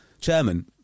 chairman